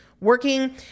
working